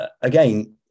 again